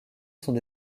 sont